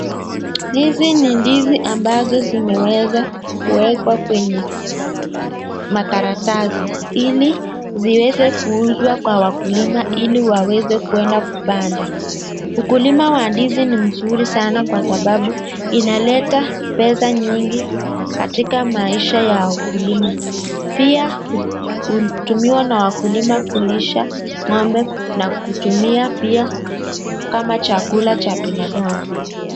Hizi ni ndizi ambazo zimeweza kuwekwa kwenye makaratasi ili ziweze kuuzwa kwa wakulima ili waweze kwenda kupanda. Ukulima wa ndizi ni mzuri sana kwa sababu inaleta pesa nyingi katika maisha ya ukulima. Pia hutumiwa na wakulima kulisha ng'ombe na kutumiwa pia, kama chakula cha binadamu.